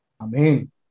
Amen